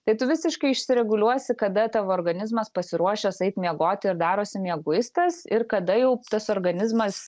tai tu visiškai išsireguliuosi kada tavo organizmas pasiruošęs eit miegoti ir darosi mieguistas ir kada jau tas organizmas